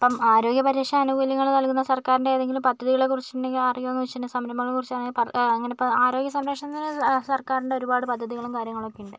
ഇപ്പം ആരോഗ്യപരിരക്ഷാ ആനുകൂല്യങ്ങള് നൽകുന്ന സർക്കാരിൻ്റെ ഏതെങ്കിലും പദ്ധതികളെക്കുറിച്ചിട്ട് അറിയുമോന്ന് ചോദിച്ചാൽ സംരംഭങ്ങളെ കുറിച്ച് അങ്ങനെ അങ്ങനെയിപ്പം ആരോഗ്യസംരക്ഷണത്തിന് സർക്കാരിൻ്റെ ഒരുപാട് പദ്ധതികളും കാര്യങ്ങളൊക്കെ ഉണ്ട്